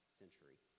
century